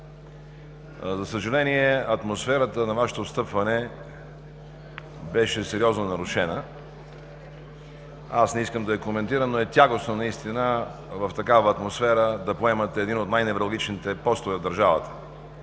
За съжаление атмосферата на Вашето встъпване беше сериозно нарушена. Аз не искам да я коментирам, но е тягостно наистина в такава атмосфера да поемате един от най-невралгичните постове в държавата